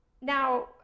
Now